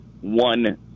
one